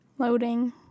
Loading